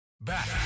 Back